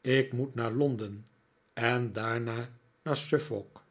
ik moet naar londen en daarna naar suffolk